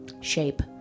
shape